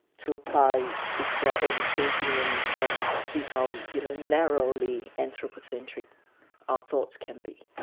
to apply it to our own thinking and and to see how you know narrowly anthropocentric our thoughts can be.